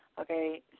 Okay